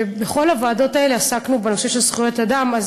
ובכל הוועדות האלה עסקנו בנושא זכויות האדם.